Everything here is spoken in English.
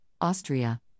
Austria